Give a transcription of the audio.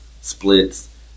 Splits